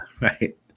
Right